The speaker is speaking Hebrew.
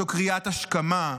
זו קריאת השכמה.